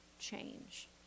change